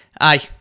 aye